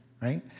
right